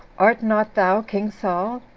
art not thou king saul?